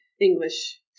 English